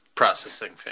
Processing